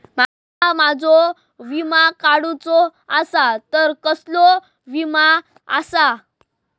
माका माझो विमा काडुचो असा तर कसलो विमा आस्ता?